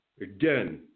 Again